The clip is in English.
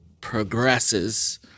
progresses